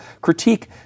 critique